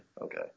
Okay